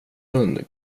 hund